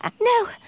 No